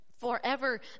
forever